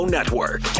Network